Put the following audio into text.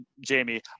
Jamie